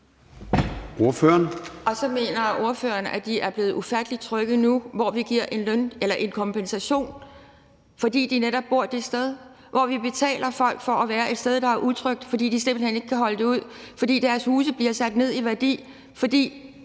Så mener ordføreren, at de er blevet ufattelig trygge nu, hvor vi giver en kompensation, fordi de netop bor det sted, hvor vi betaler folk for at være et sted, der er utrygt, fordi de simpelt hen ikke kan holde det ud, og hvor deres huse bliver sat ned i værdi, fordi